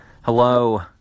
Hello